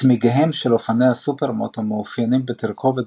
צמיגיהם של אופנועי הסופרמוטו מאופיינים בתרכובת